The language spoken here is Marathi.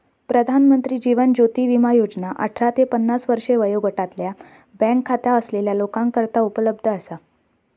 प्रधानमंत्री जीवन ज्योती विमा योजना अठरा ते पन्नास वर्षे वयोगटातल्या बँक खाता असलेल्या लोकांकरता उपलब्ध असा